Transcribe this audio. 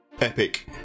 epic